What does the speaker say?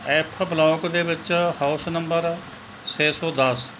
F block ਦੇ ਵਿੱਚ house number ਛੇ ਸੌ ਦਸ